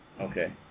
Okay